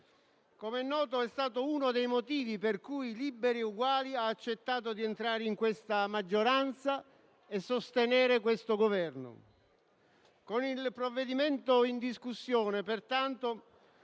Com'è noto, è stato uno dei motivi per cui Liberi e Uguali ha accettato di entrare nella maggioranza e sostenere il Governo. Con il provvedimento in discussione, pertanto,